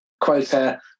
quota